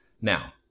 now